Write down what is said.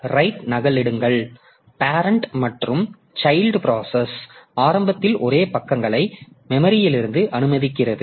right நகலெடுங்கள் parent மற்றும் child process ஆரம்பத்தில் ஒரே பக்கங்களை மெமரியில்பகிர அனுமதிக்கிறது